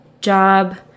job